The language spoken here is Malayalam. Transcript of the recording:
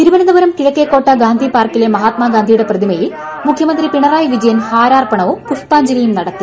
തിരുവനന്തപുരം കിഴക്കേക്കോട്ട ഗാന്ധിപാർക്കിലെ മഹാത്മഗാന്ധിയുടെ പ്രതിമയിൽ മുഖ്യമന്ത്രി പിണറായി വിജയൻ ഹാരാർപ്പണവും പുഷ്പാഞ്ജലിയും നടത്തി